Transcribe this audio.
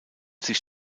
sich